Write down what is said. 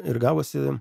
ir gavosi